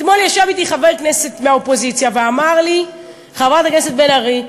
אתמול ישב אתי חבר כנסת מהאופוזיציה ואמר לי: חברת הכנסת בן ארי,